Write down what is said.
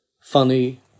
funny